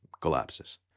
collapses